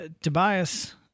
Tobias